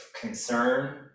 concern